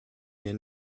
mir